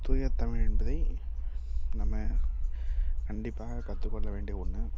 தூய தமிழ் என்பதை நம்ம கண்டிப்பாக கற்றுக்கொள்ள வேண்டிய ஒன்று